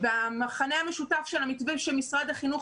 המכנה המשותף של המתווה שמשרד החינוך